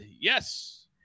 Yes